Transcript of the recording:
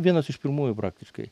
vienas iš pirmųjų praktiškai